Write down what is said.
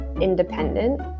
independent